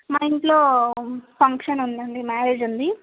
మా ఇంట్లో ఫంక్షన్ ఉంది అండి మ్యారేజ్ ఉంది